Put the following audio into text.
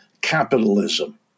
capitalism